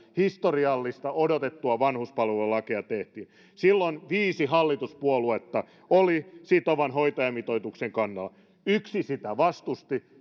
historiallista odotettua vanhuspalvelulakia tehtiin silloin viisi hallituspuoluetta oli sitovan hoitajamitoituksen kannalla yksi sitä vastusti